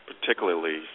particularly